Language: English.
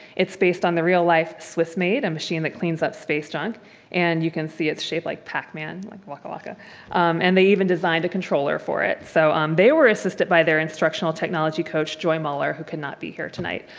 it's based on the real life swiss maid, a machine that cleans up space junk and you can see it's shaped like pac-man, like waka waka and they even designed a controller for it. so um they were assisted by their instructional technology coach, joy mauler who cannot be here tonight.